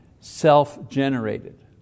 self-generated